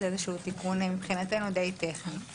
זה איזשהו תיקון די טכני מבחינתנו.